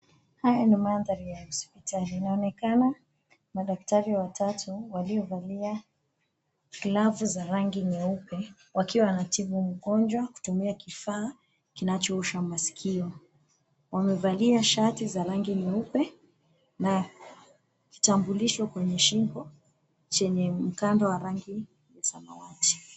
Haya ni mandhari ya hospitali. Inaonekana madaktari watatu, waliovalia glavu za rangi nyeupe, wakiwa wanatibu mgonjwa kutumia kifaa kinachoosha masikio. Wamevalia shati za rangi nyeupe na kitambulisho kwenye shingo chenye mkanda wa rangi ya samawati.